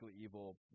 evil